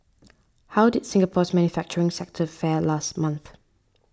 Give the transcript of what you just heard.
how did Singapore's manufacturing sector fare last month